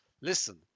listen